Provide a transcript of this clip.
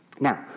Now